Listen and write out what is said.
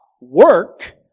work